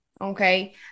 okay